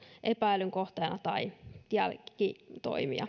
epäillyn seksuaalirikoksen kohteena tai jälkitoimiin